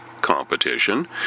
competition